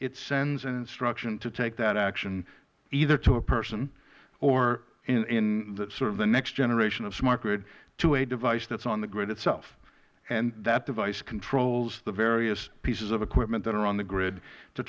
it sends an instruction to take that action either to a person or in sort of the next generation of smart grid to a device that is on the grid itself and that device controls the various pieces of equipment that are on the grid to